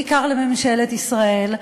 בעיקר לממשלת ישראל,